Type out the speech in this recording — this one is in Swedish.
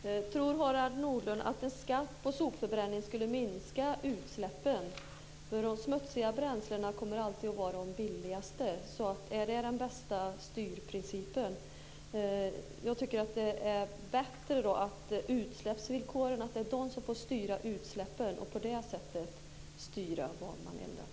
Herr talman! Tror Harald Nordlund att en skatt på sopförbränning skulle minska utsläppen? De smutsiga bränslena kommer alltid att vara de billigaste. Är det den bästa styrprincipen? Jag tycker att det är bättre att utsläppsvillkoren får styra utsläppen och på det sättet styra vad man eldar.